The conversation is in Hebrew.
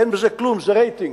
אין בזה כלום, זה רייטינג.